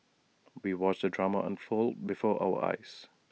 we watched the drama unfold before our eyes